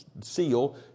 seal